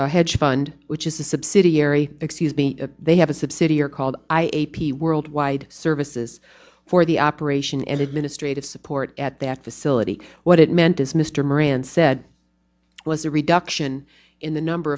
would hedge fund which is a subsidiary excuse me they have a subsidiary called i a p t worldwide services for the operation and administrative support at that facility what it meant is mr moran said it was a reduction in the number